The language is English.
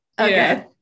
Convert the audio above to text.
Okay